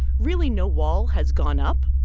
really, no wall has gone up.